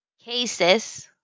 cases